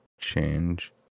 change